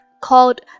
called